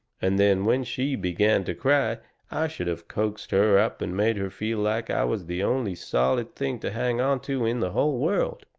and then when she began to cry i should have coaxed her up and made her feel like i was the only solid thing to hang on to in the whole world.